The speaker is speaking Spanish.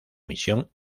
misión